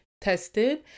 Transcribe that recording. tested